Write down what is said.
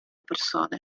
persone